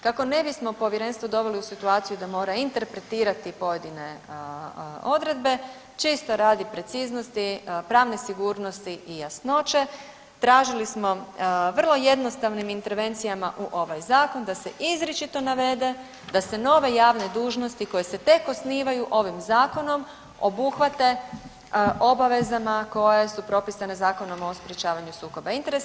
Kako ne bismo povjerenstvo doveli u situaciju da mora interpretirati pojedine odredbe čisto radi preciznosti, pravne sigurnosti i jasnoće tražili vrlo jednostavnim intervencijama u ovaj zakon da se izričito navede da se nove javne dužnosti koje se tek osnivaju ovim zakonom obuhvate obavezama koje su propisane Zakonom o sprječavanju sukoba interesa.